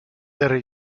del